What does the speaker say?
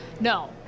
no